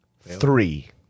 Three